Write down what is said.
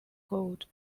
gold